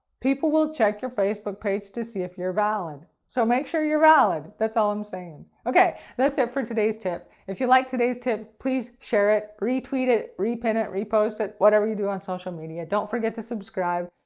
people will check your facebook page to see if you're valid, so make sure you're valid that's all i'm saying. okay, that's it for today's tip. if you like today's tip please share it. re-tweet it. re-pin it, repost it, whatever you do on social media. don't forget to subscribe.